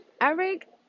Eric